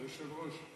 היושב-ראש?